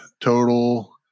total